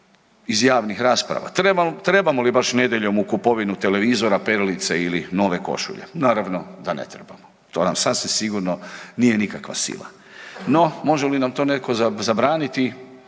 iz javnih rasprava, trebamo li baš nedjeljom u kupovinu televizora, perilice ili nove košulje? Naravno da ne trebamo. To nam sasvim sigurno nije nikakva sila. No, može li nam to netko zabraniti